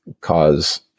cause